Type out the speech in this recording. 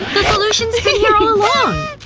the solution's been here all along!